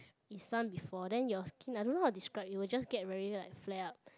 is sun before then your skin I don't know how to describe you will just get really like flat out